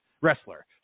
wrestler